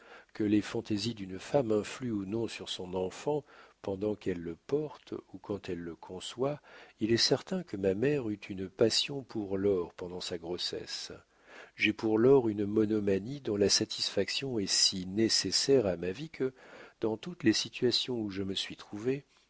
que les fantaisies d'une femme influent ou non sur son enfant pendant qu'elle le porte ou quand elle le conçoit il est certain que ma mère eut une passion pour l'or pendant sa grossesse j'ai pour l'or une monomanie dont la satisfaction est si nécessaire à ma vie que dans toutes les situations où je me suis trouvé